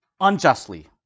unjustly